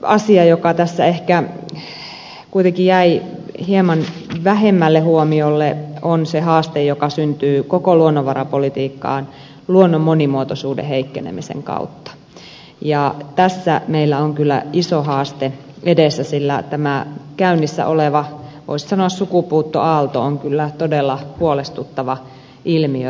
asia joka tässä ehkä kuitenkin jäi hieman vähemmälle huomiolle on se haaste joka syntyy koko luonnonvarapolitiikkaan luonnon monimuotoisuuden heikkenemisen kautta ja tässä meillä on kyllä iso haaste edessä sillä tämä käynnissä oleva voisi sanoa sukupuuttoaalto on kyllä todella huolestuttava ilmiö